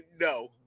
no